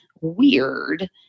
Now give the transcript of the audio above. weird